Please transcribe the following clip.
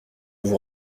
vous